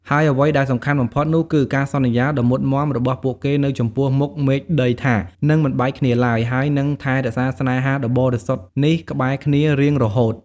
ហើយអ្វីដែលសំខាន់បំផុតនោះគឺ ការសន្យាដ៏មុតមាំរបស់ពួកគេនៅចំពោះមុខមេឃដីថា នឹងមិនបែកគ្នាឡើយ ហើយនឹងថែរក្សាស្នេហាដ៏បរិសុទ្ធនេះក្បែរគ្នារៀងរហូត។